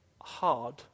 hard